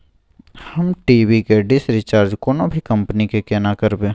हम टी.वी के dish recharge कोनो भी कंपनी के केना करबे?